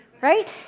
Right